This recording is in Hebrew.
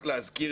רק להזכיר